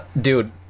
Dude